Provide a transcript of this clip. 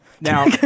Now